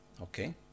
okay